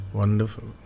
wonderful